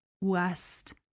west